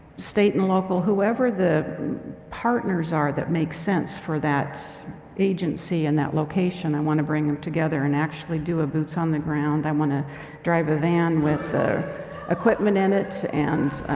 state and local, whoever the partners are that makes sense for that agency and that location. i wanna bring em together and actually do a boots on the ground. i wanna drive a van with equipment in it and